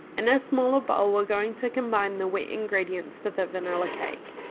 in a smaller bowl we're going to combine the wet ingredients for the vanilla cake.